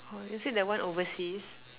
oh is it that one overseas